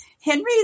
Henry